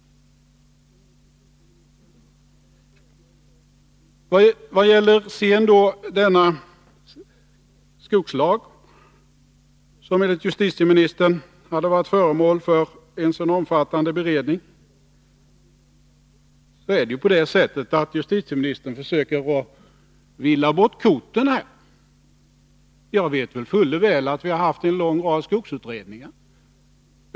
Vad sedan gäller denna skogslag, som enligt justitieministern hade varit föremål för en så omfattande beredning, försöker justitieministern blanda bort korten. Jag vet fuller väl att vi har haft en lång rad skogsutredningar.